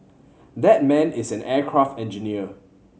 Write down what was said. that man is an aircraft engineer